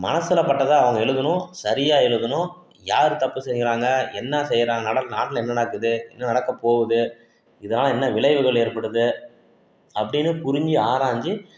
மனசுலப்பட்டதை அவங்க எழுதுணும் சரியா எழுதுணும் யாரு தப்பு செய்கிறாங்க என்ன செய்கிறாங்க நட நாட்டில் என்ன நடக்குது என்ன நடக்க போகுது இதனால் என்ன விளைவுகள் ஏற்படுது அப்படின்னு புரிஞ்சு ஆராய்ஞ்சு